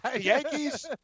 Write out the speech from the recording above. Yankees